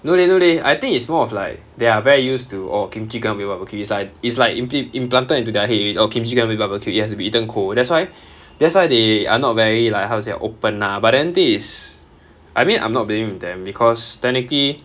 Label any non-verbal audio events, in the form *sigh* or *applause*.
no leh no leh I think it's more of like they are very used to orh kimchi cannot be barbecued it's like it's like impl~ implanted into their head already oh kimchi cannot be barbecued it has to be eaten cold that's why *breath* that's why they are not very like how to say ah open lah but then this is I mean I'm not blaming them because technically